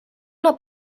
una